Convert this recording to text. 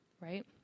right